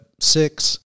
six